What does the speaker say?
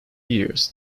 years